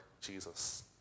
Jesus